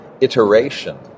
iteration